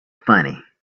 funny